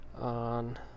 on